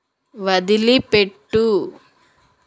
వదిలిపెట్టు